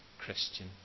Christian